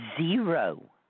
Zero